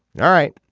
and all right.